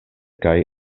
kaj